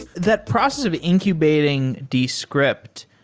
that process of incubating descript,